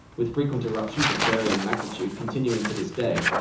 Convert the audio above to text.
with frequent eruptions of varying magnitude continuing to this day,